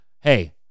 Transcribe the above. hey